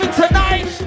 tonight